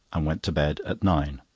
and went to bed at nine.